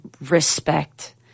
respect